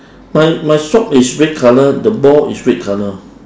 my my shop is red colour the ball is red colour